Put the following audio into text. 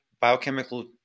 biochemical